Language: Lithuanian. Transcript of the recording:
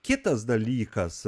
kitas dalykas